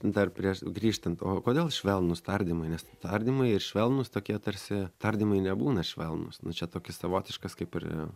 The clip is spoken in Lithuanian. dar prieš grįžtant o kodėl švelnūs tardymai nes tardymai ir švelnūs tokie tarsi tardymai nebūna švelnūs nu čia tokis savotiškas kaip ir